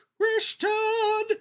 Christian